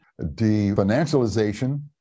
Definancialization